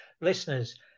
listeners